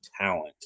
talent